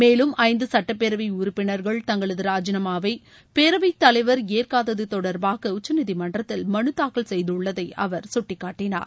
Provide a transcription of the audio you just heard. மேலும் ஐந்து சுட்டப்பேரவை உறுப்பினர்கள் தங்களது ராஜினாமாவை பேரவை தலைவர் ஏற்காதது தொடர்பாக உச்சநீதிமன்றத்தில் மனு தாக்கல் செய்துள்ளதை அவர் சுட்டிக்காட்டினார்